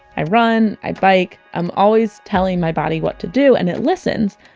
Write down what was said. i run, i bike. i'm always telling my body what to do, and it listens.